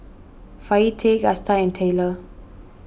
Fayette Gusta and Tayler